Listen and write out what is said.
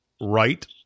right